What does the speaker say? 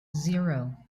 zero